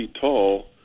tall